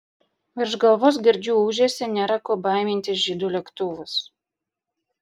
virš galvos girdžiu ūžesį nėra ko baimintis žydų lėktuvas